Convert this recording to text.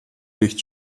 nicht